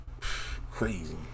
Crazy